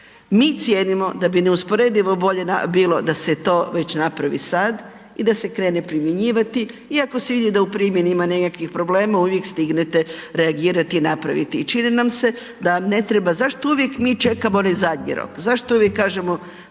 Mi cijenimo da bi neusporedivo bolje bilo da se to već napravi sad i da se krene primjenjivati iako se vidi da u primjeni ima nekakvih problema, uvijek stignete reagirati i napraviti i čini nam se da ne treba, zašto uvijek mi čekamo onaj zadnji rok? Zašto uvijek kažemo